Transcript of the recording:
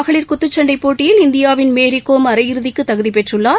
மகளிர் குத்துச்சன்டைபோட்டியில் இந்தியாவின் மேரிகோம் அரையிறுதிக்குதகுதிபெற்றுள்ளார்